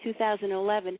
2011